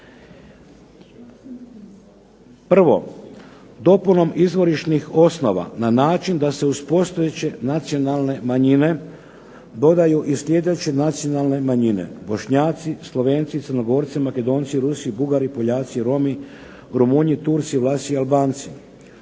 prvo, dopunom Izvorišnih osnova na način da se uz postojeće nacionalne manjine dodaju i sljedeće nacionalne manjine: Bošnjaci, Slovenci, Crnogorci, Makedonci, Rusi, Bugari, Poljaci, Romi, Rumunji, Turci, Vlasi i Albanci.